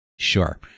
Sure